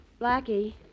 Blackie